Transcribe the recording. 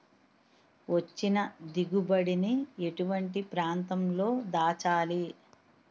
వచ్చిన దిగుబడి ని ఎటువంటి ప్రాంతం లో దాచాలి?